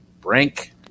Brink